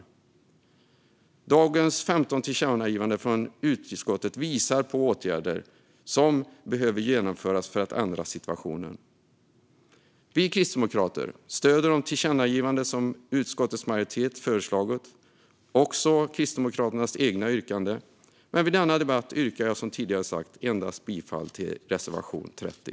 Utskottets 15 förslag till tillkännagivanden visar på åtgärder som behöver genomföras för att ändra situationen. Vi kristdemokrater stöder de tillkännagivanden som utskottets majoritet har föreslagit, liksom Kristdemokraternas egna yrkanden, men vid denna debatt yrkar jag som tidigare sagt bifall endast till reservation 30.